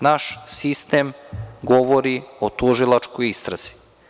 Naš sistem govori o tužilačkoj istrazi.